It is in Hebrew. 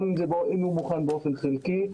גם אם הוא מוכן באופן חלקי,